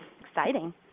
Exciting